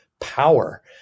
power